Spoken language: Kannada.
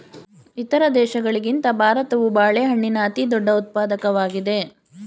ಇತರ ದೇಶಗಳಿಗಿಂತ ಭಾರತವು ಬಾಳೆಹಣ್ಣಿನ ಅತಿದೊಡ್ಡ ಉತ್ಪಾದಕವಾಗಿದೆ